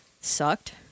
sucked